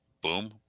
boom